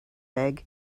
eggs